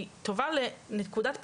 היא טובה לנקודת פתיחה,